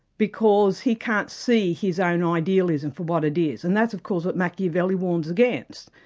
because he can't see his own idealism for what it is. and that's of course what machiavelli warns against.